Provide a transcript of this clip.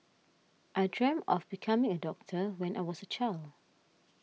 I dreamt of becoming a doctor when I was a child